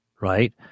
Right